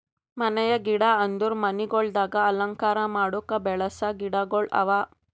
ಮನೆಯ ಗಿಡ ಅಂದುರ್ ಮನಿಗೊಳ್ದಾಗ್ ಅಲಂಕಾರ ಮಾಡುಕ್ ಬೆಳಸ ಗಿಡಗೊಳ್ ಅವಾ